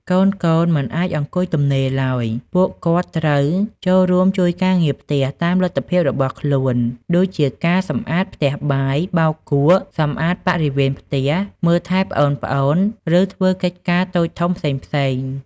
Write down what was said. កូនៗមិនអាចអង្គុយទំនេរឡើយ ពួកគាត់ត្រូវ ចូលរួមជួយការងារផ្ទះ តាមលទ្ធភាពរបស់ខ្លួន ដូចជាការសម្អាតផ្ទះបាយ បោកគក់ សម្អាតបរិវេណផ្ទះ មើលថែប្អូនៗ ឬធ្វើកិច្ចការតូចធំផ្សេងៗ។